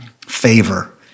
favor